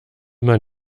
man